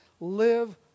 Live